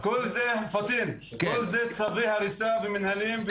פטין, כל זה צווי הריסה ומנהליים.